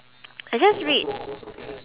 I just read